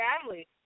family